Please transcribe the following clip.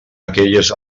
aquelles